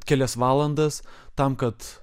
kelias valandas tam kad